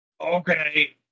Okay